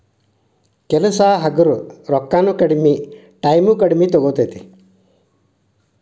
ಕೆಲಸಾ ಹಗರ ರೊಕ್ಕಾನು ಕಡಮಿ ಟಾಯಮು ಕಡಮಿ ತುಗೊತತಿ